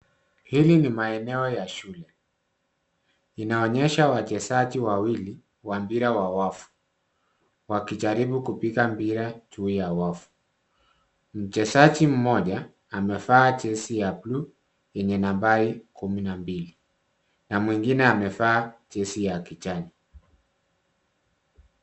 Hili ni maeneo ya shule, inaonyesha wachezaji wawili wa mpira wa wavu, wakijaribu kupiga mpira juu ya wavu. Mchezaji mmoja amevaa jezi ya buluu yenye nambari kumi na mbili, na mwingine amevaa jezi ya kijani.